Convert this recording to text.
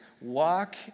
walk